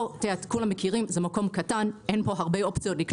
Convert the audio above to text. כולם מכירים, זה מקום קטן, אין הרבה אופציות,